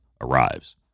arrives